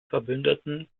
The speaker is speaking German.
verbündeten